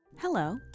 Hello